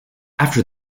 after